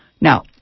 Now